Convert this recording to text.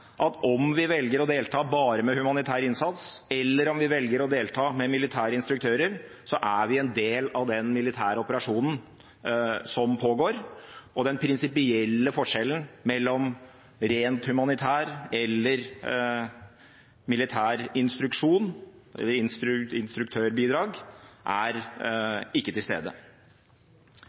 at om vi velger å delta bare med humanitær innsats, eller om vi velger å delta med militære instruktører, er vi en del av den militære operasjonen som pågår, og den prinsipielle forskjellen mellom rent humanitær innsats og militært instruktørbidrag er ikke til stede.